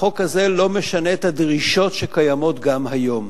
החוק הזה לא משנה את הדרישות שקיימות גם היום.